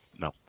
No